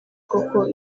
koko